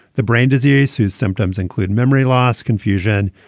the brain disease whose symptoms include memory loss, confusion,